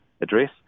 address